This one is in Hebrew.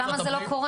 אז למה זה לא קורה?